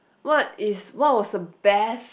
what is what was the best